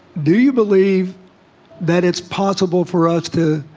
do you believe that it's possible for us to?